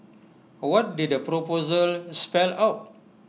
what did the proposal spell out